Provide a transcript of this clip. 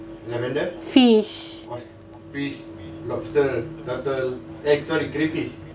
fish